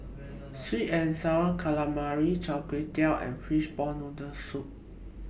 Sweet and Sour Calamari Chai Tow Kway and Fishball Noodle Soup